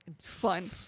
Fun